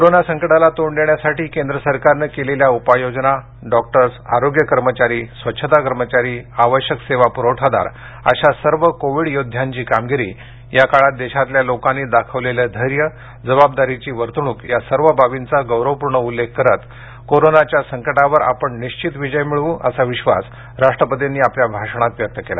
corona संकटाला तोंड देण्यासाठी केंद्र सरकारनं केलेल्या उपाययोजना डॉक्टर्स आरोग्य कर्मचारी स्वच्छता कर्मचारी आवश्यक सेवा पुरवठादार अशा सर्व कोविड योध्यांची कामगिरी या काळात देशातल्या लोकांनी दाखवलेलं धैर्य जबाबदारीची वर्तणूक या सर्व बाबींचा गौरवपूर्ण उल्लेख करत कोरोनाच्या संकटावर आपण निश्वित विजय मिळवू असा विश्वास राष्ट्रपतींनी आपल्या भाषणात व्यक्त केला